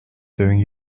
doing